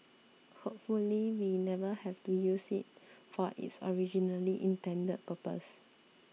hopefully we never have to use it for its originally intended purpose